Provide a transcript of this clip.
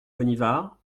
bonnivard